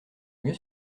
mieux